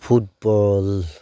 football